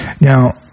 Now